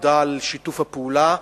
תודה על שיתוף הפעולה,